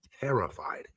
Terrified